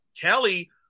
Kelly